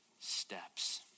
steps